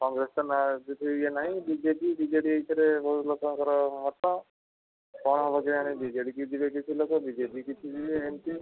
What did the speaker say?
କଂଗ୍ରେସ ତ ନାହିଁ BJP BJD ଏଇଥିରେ ବହୁତ ଲୋକଙ୍କର ମତ କ'ଣ ହେବଯେ ଇଆଡ଼େ ବିଜେଡ଼ି ଯିବେ କିଛି ଲୋକ ବିଜେପି କିଛି ଯିବେ ଏମିତି